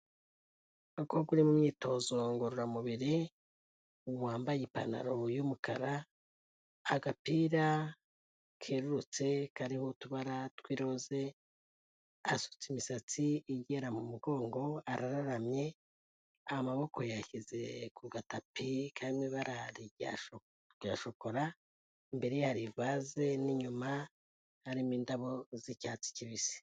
Umukobwa uri mu myitozo ngororamubiri, wambaye ipantaro y'umukara, agapira kerurutse kariho utubara t tw'irose, asutse imisatsi igera mu mugongo, arararamye, amaboko yashyize ku gatapi kariho ibarari rya shokora, imbere ye hari ivasze n'inyuma harimo indabo z'icyatsi kibisi.